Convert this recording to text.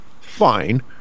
Fine